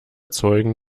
zeugen